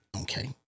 Okay